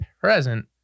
present